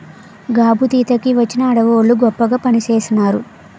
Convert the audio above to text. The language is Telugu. గాబుదీత కి వచ్చిన ఆడవోళ్ళు గొప్పగా పనిచేసినారు